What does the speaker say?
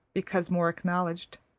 because more acknowledged,